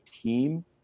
team